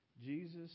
Jesus